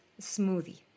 smoothie